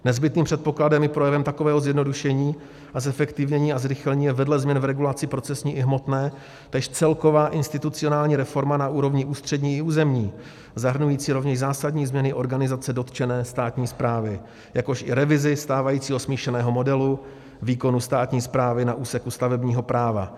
Nezbytným předpokladem i projevem takového zjednodušení a zefektivnění a zrychlení je vedle změn v regulaci procesní i hmotné též celková institucionální reforma na úrovni ústřední i územní, zahrnující rovněž zásadní změny organizace dotčené státní správy, jakož i revizi stávajícího smíšeného modelu výkonu státní správy na úseku stavebního práva.